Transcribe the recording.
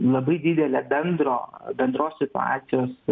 labai didelė bendro bendros situacijos